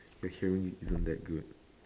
your hearing isn't that good